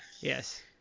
Yes